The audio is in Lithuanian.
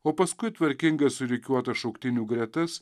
o paskui tvarkingai surikiuotas šauktinių gretas